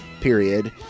period